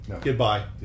goodbye